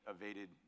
evaded